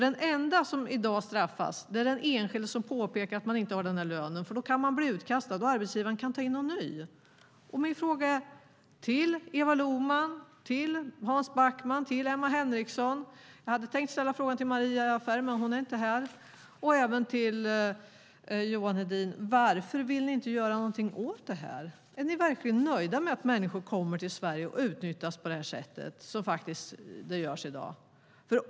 Den enda som i dag straffas är den enskilde som påpekar att den inte har den uppgivna lönen. Då kan den personen bli utkastad, och arbetsgivaren kan ta in någon ny. Jag har en fråga till Eva Lohman, Hans Backman, Emma Henriksson och även Johan Hedin. Jag hade tänkt ställa frågan till Maria Ferm, men hon är inte här. Varför vill ni inte göra någonting åt detta? Är ni verkligen nöjda med att människor kommer till Sverige och utnyttjas på det sätt som sker i dag?